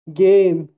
game